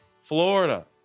Florida